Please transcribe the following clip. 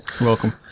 Welcome